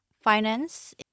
finance